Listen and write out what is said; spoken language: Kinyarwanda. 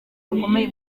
bakomeye